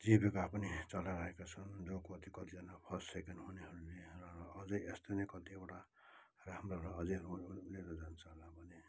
जीविका पनि चलाइरहेका छ जो कति कतिजना फर्स्ट सेकेन्ड हुनेहरूले र अझै यस्तै नै कतिवटा राम्रो र अझै हुने र जान्छ होला भन्ने